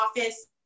office